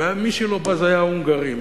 ומי שלא בא זה היה ההונגרים.